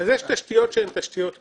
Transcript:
יש תשתיות שהן תשתיות כבדות.